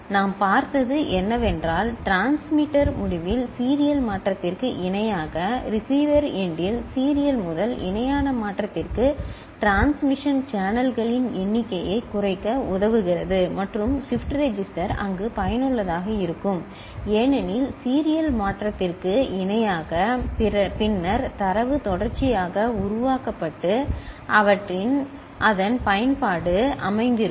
நாம் பார்த்தது என்னவென்றால் டிரான்ஸ்மிட்டர் முடிவில் சீரியல் மாற்றத்திற்கு இணையாக ரிசீவர் எண்டில் சீரியல் முதல் இணையான மாற்றத்திற்கு டிரான்ஸ்மிஷன் சேனல்களின் எண்ணிக்கையைக் குறைக்க உதவுகிறது மற்றும் ஷிப்ட் ரெஜிஸ்டர் அங்கு பயனுள்ளதாக இருக்கும் ஏனெனில் சீரியல் மாற்றத்திற்கு இணையாக பின்னர் தரவு தொடர்ச்சியாக உருவாக்கப்பட்டு அவற்றின் அதன் பயன்பாடு அமைந்திருக்கும்